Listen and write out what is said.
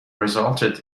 resulted